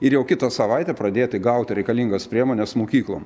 ir jau kitą savaitę pradėti gauti reikalingas priemones mokyklom